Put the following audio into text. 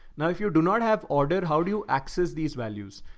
now, if you do not have ordered, how do you access these values?